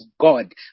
God